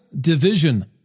division